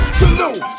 salute